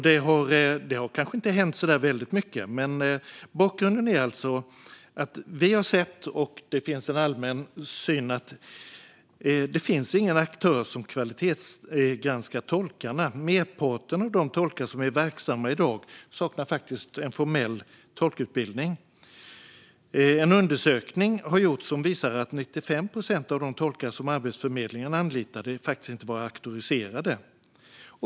Det har kanske inte hänt så mycket än, men bakgrunden är alltså att det inte finns någon aktör som kvalitetsgranskar tolkar. Merparten av de tolkar som är verksamma i dag saknar faktiskt formell tolkutbildning. En undersökning visar att 95 procent av de tolkar som Arbetsförmedlingen anlitar inte är auktoriserade.